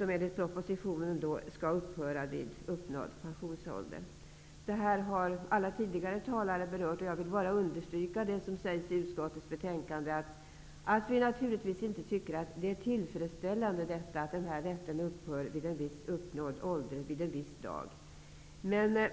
Enligt propositionen skall den upphöra vid uppnådd pensionsålder. Alla tidigare talare har berört detta. Jag vill bara understryka vad som sägs i utskottets betänkande, nämligen att vi naturligtvis inte tycker att det är tillfredsställande att denna rätt upphör vid en viss uppnådd ålder och på en viss dag.